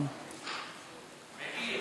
מאיר,